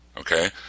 Okay